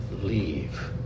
leave